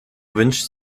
wünscht